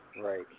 Right